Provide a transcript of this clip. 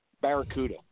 Barracuda